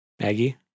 Maggie